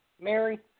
Mary